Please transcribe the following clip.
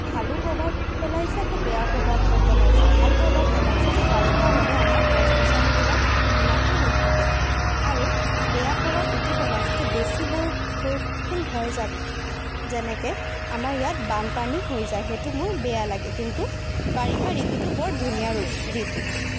ভালো প্ৰভাৱ পেলাইছে আকৌ বেয়া প্ৰভাৱ পেলাইছে ভাল প্ৰভাৱ পেলাইছে যে বাৰিষা হ'লে আমাৰ গছ গছনিবিলাক ধুনীয়াকে হৈ থাকে আৰু বেয়া প্ৰভাৱ এইটো পেলাইছে যে বেছি বৰ বৰষুণ হয় যাত যেনেকে আমাৰ ইয়াত বানপানী হৈ যায় সেইটো মোৰ বেয়া লাগে কিন্তু বাৰিষা ঋতুটো বৰ ধুনীয়া ঋতু